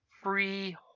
free